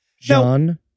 John